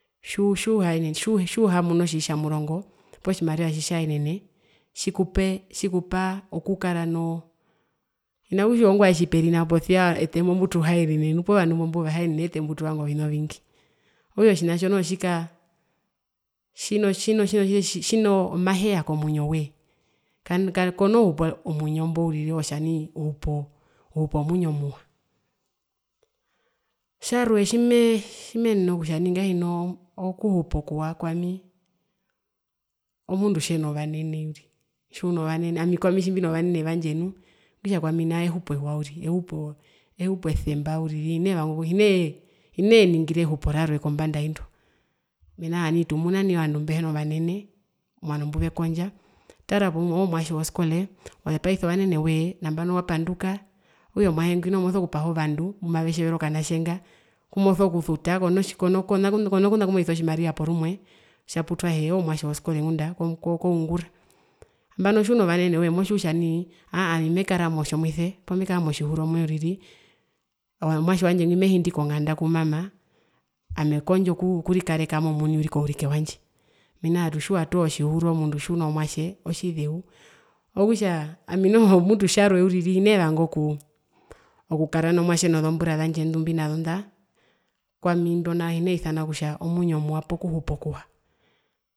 Tjuu tjuu tjiuhamwine otjitjamurongo poo tjimariva tjitjaenene tjikupee tjikupa okukara noo hina kutja ongwae ovandu mba ete mbutuhaenene nu poo vandu mba putuhanene owete mbutuvanga ovina ovingi, okutja otjihaho noho tjikaa tjino tjino maheya komwinyo woye konoo humpu omwinyo mbo uriri otja nai ohupu ohupa omwinyo muwa. Tjarwe tjimee tjimenene kutja nai ngahino kuhupa okuwa kwami omundu tjeno vanene uriri ami kwami tjimbino vanene vandje nu okutja kwami nao ehupo ewa uriri ehupo ehupo esemba uriri hinee hinee ningire ehupo rarwe kombanda yaindo mena kutja nai tumuna nai ovandu mbehina vanene omwano mbuvekondja tara kutja nai ove mwatje woskole wazepaisa ovanene woye nambano wapanduka okatja okanatje nga mosokupaha ovandu okutjevera okanatje nga mbumosokusuta kotji konakona kumoisa otjimariva porumwe otja putwahee oove mwatje woskole koungura nambano tjuno vanene woye motjiwa kutja nai aahaa ami mekara motjomuise poo mekara motjihuro mwi uriri omwatje wandje ngwi mehindi konganda ku mama ami ekondjo kurikareka ami omuni uriri kourike wandje mena rokutja toho otjihuro mundu tjiuno mwatje otjizeu mena rokutja ami uriri hinee vanga okuu okukara nomwatje nozombura zandje ndumbinazo nda kwami nai hineisana kutja owinyo muwa poo kuhupa okuwa.